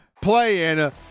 playing